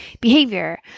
behavior